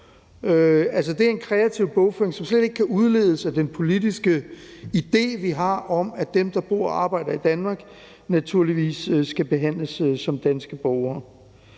Det er en kreativ bogføring, som slet ikke kan udledes af den politiske idé, vi har om, at dem, der bor og arbejder i Danmark, naturligvis skal behandles som danske borgere.